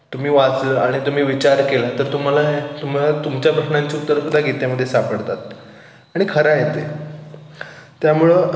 तुम्ही वाचलं आणि तुम्ही विचार केला तर तुम्हाला तुम्हाला तुमच्या प्रश्नांची उत्तरंसुद्धा गीतेमध्ये सापडतात आणि खरं आहे ते त्यामुळं